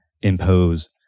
impose